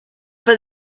for